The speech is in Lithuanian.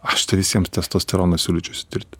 aš tai visiems testosteroną siūlyčiau išsitirti